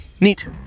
Neat